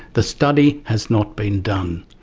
the study has not been done.